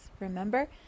Remember